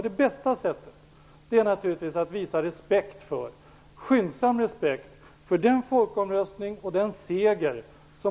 Det bästa sättet är naturligtvis att skyndsamt visa respekt för den folkomröstning och den seger som